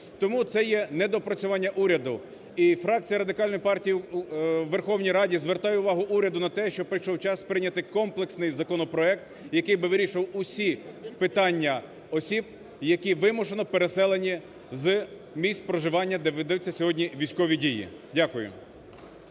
Тому це є недопрацювання уряду. І фракція Радикальної партії в Верховній Раді звертає увагу уряду на те, що прийшов час прийняти комплексний законопроект, який би вирішував усі питання осіб, які вимушено переселені з місць проживання, де ведуться сьогодні військові дії. Дякую.